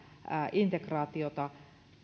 integraatiota